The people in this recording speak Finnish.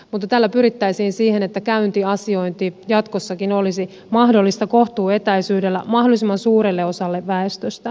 mutta tällä pyrittäisiin siihen että käyntiasiointi jatkossakin olisi mahdollista kohtuuetäisyydellä mahdollisimman suurelle osalle väestöstä